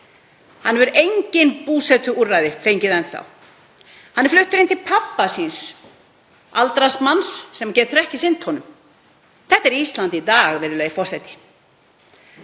Hann hefur engin búsetuúrræði fengið enn. Hann er fluttur inn til pabba síns, aldraðs manns sem getur ekki sinnt honum. Þetta er Ísland í dag, virðulegi forseti,